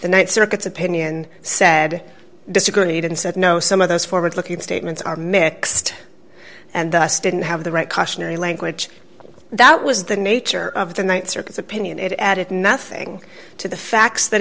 th circuit's opinion said disagreed and said no some of those forward looking statements are mixed and thus didn't have the right cautionary language that was the nature of the th circuit's opinion it added nothing to the facts that